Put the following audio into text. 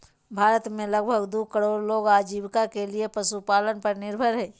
भारत में लगभग दू करोड़ लोग आजीविका के लिये पशुपालन पर निर्भर हइ